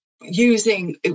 using